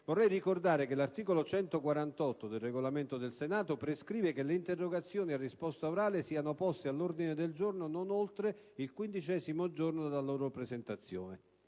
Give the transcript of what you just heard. Vorrei ricordare che l'articolo 148 del Regolamento del Senato prescrive che le interrogazioni a risposta orale siano poste all'ordine del giorno non oltre il quindicesimo giorno dalla loro presentazione.